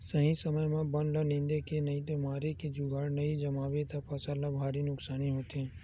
सही समे म बन ल निंदे के नइते मारे के जुगाड़ नइ जमाबे त फसल ल भारी नुकसानी होथे